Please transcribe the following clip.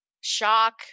shock